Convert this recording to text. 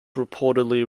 reportedly